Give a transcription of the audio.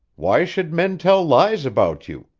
why should men tell lies about you?